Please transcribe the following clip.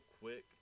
quick